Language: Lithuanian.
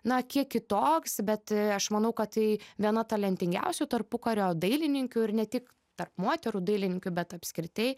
na kiek kitoks bet aš manau kad tai viena talentingiausių tarpukario dailininkių ir ne tik tarp moterų dailinikių bet apskritai